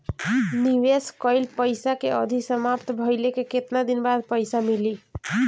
निवेश कइल पइसा के अवधि समाप्त भइले के केतना दिन बाद पइसा मिली?